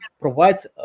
provides